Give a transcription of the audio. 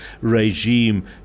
regime